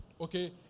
okay